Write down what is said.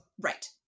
Right